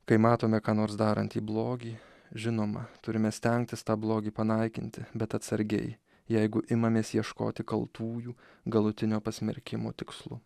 kai matome ką nors darantį blogį žinoma turime stengtis tą blogį panaikinti bet atsargiai jeigu imamės ieškoti kaltųjų galutinio pasmerkimo tikslu